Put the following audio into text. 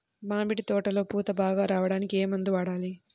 మామిడి తోటలో పూత బాగా రావడానికి ఏ మందు వాడాలి?